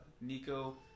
Nico